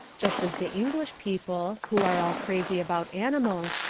just as the english people, who are all crazy about animals,